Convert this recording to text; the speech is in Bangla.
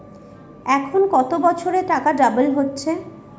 এখন কত বছরে টাকা ডবল হচ্ছে?